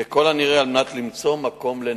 ככל הנראה כדי למצוא מקום לינה.